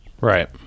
Right